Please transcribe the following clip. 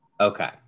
Okay